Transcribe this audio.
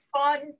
fun